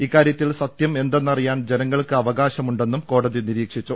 ഇക്കാര്യത്തിൽ സത്യം എന്തെന്നറിയാൻ ജനങ്ങൾക്ക് അവകാശമുണ്ടെന്നും കോടതി നിരീക്ഷിച്ചു